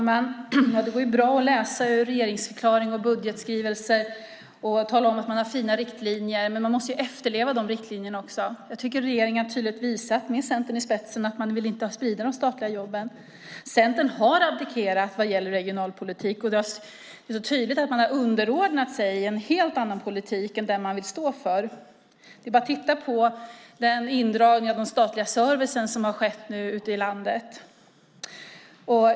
Herr talman! Det går bra att läsa ur både regeringsförklaring och budgetskrivelser och att tala om att man har fina riktlinjer. Men man måste också efterleva de riktlinjerna. Jag tycker att regeringen, med Centern i spetsen, tydligt har visat att man inte vill sprida de statliga jobben. Centern har abdikerat när det gäller regionalpolitiken. Det är så tydligt att man har underordnat sig en helt annan politik än den man vill stå för. Det är bara att titta på den indragning av statlig service som nu skett ute i landet.